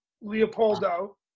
Leopoldo